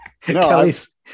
Kelly's